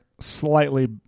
slightly